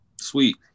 Sweet